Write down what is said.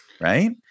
right